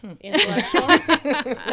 Intellectual